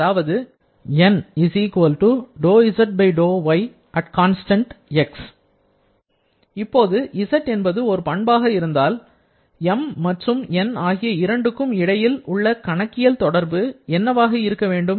அதாவது இப்போது z என்பது ஒரு பண்பாக இருந்தால் M மற்றும் N ஆகிய இரண்டுக்கும் இடையே உள்ள கணக்கியல் தொடர்பு என்னவாக இருக்க வேண்டும்